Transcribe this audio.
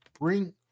bring